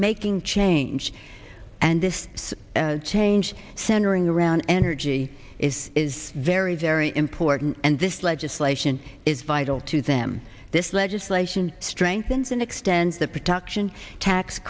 making change and this change centering around energy is is very very important and this legislation is vital to them this legislation strengthens an extent the production tax